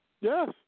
yes